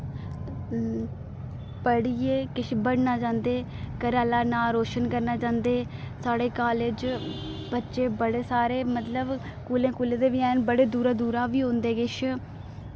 पढ़ियै किश बनना चांह्दे घरे आह्ले दा नां रोशन करना चांह्दे साढ़े कालेज बच्चे बड़े सारे मतलब कोले कोले दे बी हैन बड़े दूरा दूरा बी औंदे किश